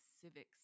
civics